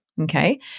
Okay